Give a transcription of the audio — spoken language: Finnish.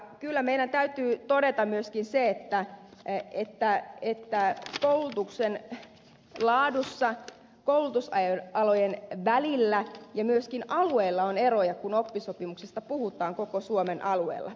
kyllä meidän täytyy todeta myöskin se että koulutuksen laadussa koulutusalojen ja myös alueiden välillä on eroja kun oppisopimuksesta puhutaan koko suomen alueella